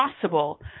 possible